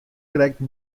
krekt